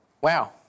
Wow